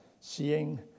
seeing